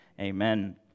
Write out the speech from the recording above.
Amen